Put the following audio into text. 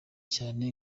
cyane